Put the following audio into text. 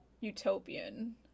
utopian